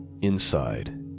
inside